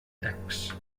text